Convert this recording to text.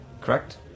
correct